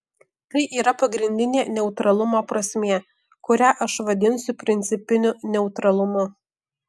tai yra pagrindinė neutralumo prasmė kurią aš vadinsiu principiniu neutralumu